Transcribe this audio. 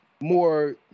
more